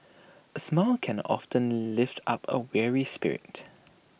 A smile can often lift up A weary spirit